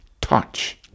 touch